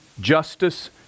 justice